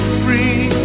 free